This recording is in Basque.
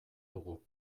dugu